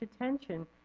attention